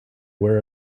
wear